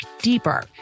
deeper